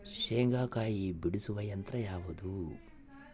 ಶೇಂಗಾಕಾಯಿ ಬಿಡಿಸುವ ಯಂತ್ರ ಯಾವುದು?